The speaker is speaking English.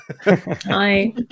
Hi